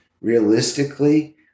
realistically